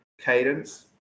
cadence